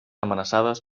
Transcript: amenaçades